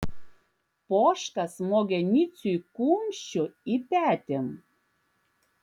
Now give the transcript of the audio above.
poška smogė niciui kumščiu į petį